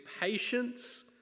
patience